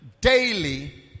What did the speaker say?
daily